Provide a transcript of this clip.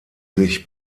sich